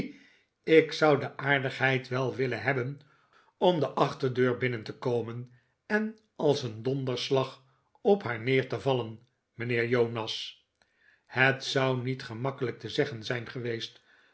ik zou de aardigheid wel willen hebben om de achterdeur binnen te komen en als een donderslag op haar neer te vallen mijnheer jonas het zou niet gemakkelijk te zeggen zijn geweest